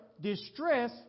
distress